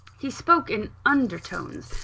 he spoke in under-tones,